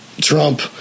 Trump